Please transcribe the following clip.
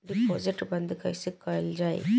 Deposit बंद कैसे कैल जाइ?